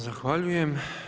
Zahvaljujem.